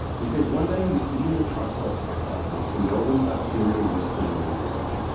he says one day he was sitting in a truck stop cafe, next to melbourne's arterial western ring road.